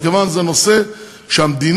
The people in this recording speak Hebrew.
מכיוון שזה נושא שהמדינה,